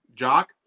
Jock